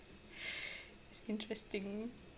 it's interesting